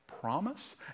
promise